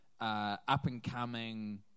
up-and-coming